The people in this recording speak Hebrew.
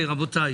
רבותיי,